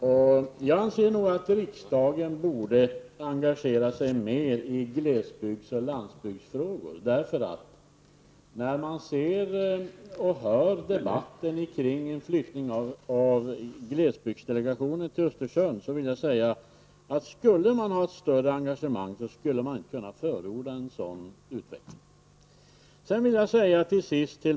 Herr talman! Jag anser nog att riksdagen borde engagera sig mer i glesbygdsoch landsbygdsfrågor. Efter att ha sett och hört på debatten när det gäller flyttningen av glesbygdsdelegationen till Östersund, vill jag säga att om man skulle ha ett större engagemang skulle man inte kunna förorda en sådan utveckling.